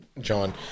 John